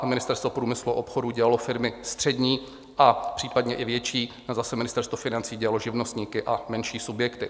Ministerstvo průmyslu a obchodu dělalo firmy střední a případně i větší a zase Ministerstvo financí dělalo živnostníky a menší subjekty.